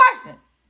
questions